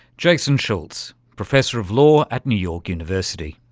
jason schultz, professor of law at new york university.